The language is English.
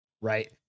right